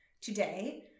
Today